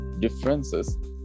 differences